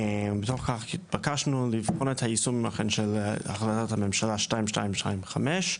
אכן, התבקשנו לבחון את יישום החלטת הממשלה 2225,